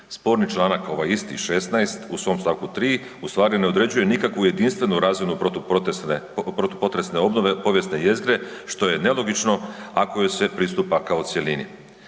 sporni članak ovaj isti 16. u svom st. 3. ustvari ne određuje nikakvu jedinstvenu … protupotresne obnove povijesne jezgre što je nelogično ako joj se pristupa kao cjelini.